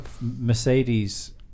Mercedes